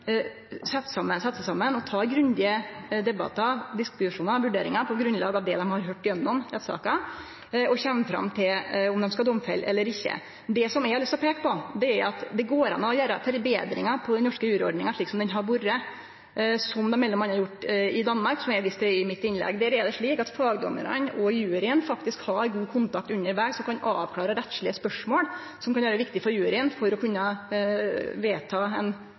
saman og tek grundige debattar, diskusjonar og vurderingar på grunnlag av det dei har høyrt gjennom rettssaka, og kjem fram til om dei skal domfelle eller ikkje. Det eg har lyst til å peike på, er at det går an å gjere forbetringar i den norske juryordninga slik som ho har vore, slik dei m.a. har gjort i Danmark, som eg viste til i mitt innlegg. Der er det slik at fagdomarane og juryen faktisk har god kontakt undervegs og kan avklare rettslege spørsmål som kan vere viktige for juryen for å kunne vedta ein